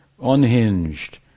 Unhinged